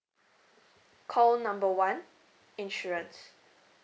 call number one insurance